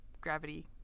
gravity